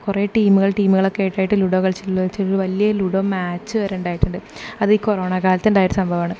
കുറെ ടീമുകൾ ടീമുകളായിട്ട് ലുഡോ കളിച്ചിട്ടുള്ളൊരു വലിയ ലുഡോ മാച്ച് വരെ ഉണ്ടായിട്ടുണ്ട് അത് ഈ കൊറോണക്കാലത്ത് ഉണ്ടായൊരു സംഭവമാണ്